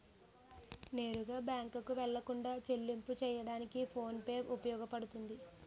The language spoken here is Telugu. నేరుగా బ్యాంకుకు వెళ్లకుండా చెల్లింపు చెయ్యడానికి ఫోన్ పే ఉపయోగపడుతుంది